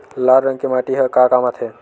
लाल रंग के माटी ह का काम आथे?